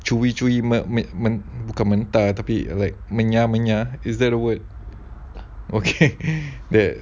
chewy chewy me~ ma~ bukan mentah tapi like menyah-menyah is that a word okay that